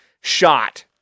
shot